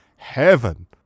Heaven